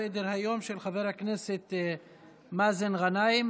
של חבר הכנסת מאזן גנאים,